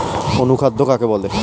অনুখাদ্য কাকে বলে?